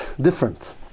different